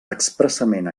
expressament